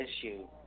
issue